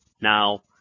Now